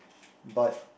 but